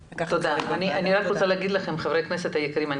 --- אני רוצה להגיד לכם חברי הכנסת היקרים,